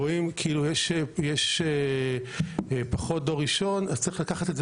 רואים שיש פחות דור ראשון אז צריך לקחת את זה